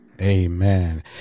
Amen